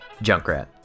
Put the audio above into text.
Junkrat